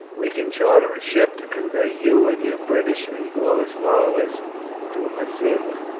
we can charter a ship to convey you and your british and gaulish followers to massilia.